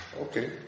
Okay